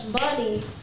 money